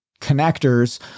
connectors